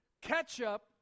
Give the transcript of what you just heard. Ketchup